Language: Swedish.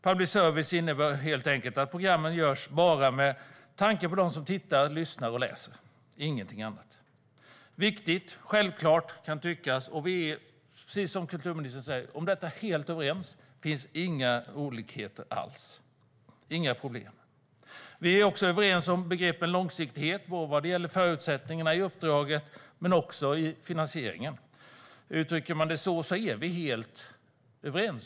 Public service innebär helt enkelt att programmen görs bara med tanke på dem som tittar, lyssnar och läser - ingenting annat. Det är viktigt och självklart, kan det tyckas. Vi är, precis som kulturministern säger, helt överens om detta. Det finns inga skiljaktigheter eller problem. Vi är också överens om begreppen långsiktighet vad gäller förutsättningarna i uppdraget men också beträffande finansieringen. Uttrycker man det så är vi helt överens.